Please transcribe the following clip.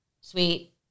Sweet